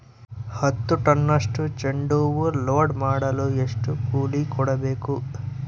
ಹತ್ತು ಟನ್ನಷ್ಟು ಚೆಂಡುಹೂ ಲೋಡ್ ಮಾಡಲು ಎಷ್ಟು ಕೂಲಿ ಕೊಡಬೇಕು?